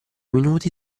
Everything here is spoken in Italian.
minuti